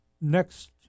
next